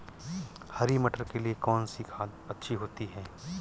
हरी मटर के लिए कौन सी खाद अच्छी होती है?